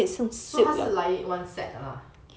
so 它是来 one set 的啦